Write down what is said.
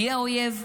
היא האויב?